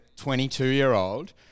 22-year-old